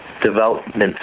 development